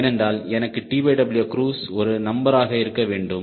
ஏனென்றால் எனக்கு TW குரூஸ் ஒரு நம்பராக இருக்கவேண்டும்